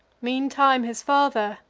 meantime, his father,